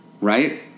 right